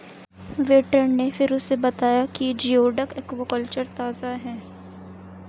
waiter ने फिर उसे बताया कि जिओडक एक्वाकल्चर ताजा है